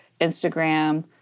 Instagram